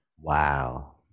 Wow